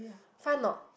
fun not